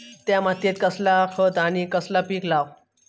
त्या मात्येत कसला खत आणि कसला पीक लाव?